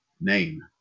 name